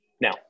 Now